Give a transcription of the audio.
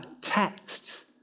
texts